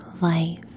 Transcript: life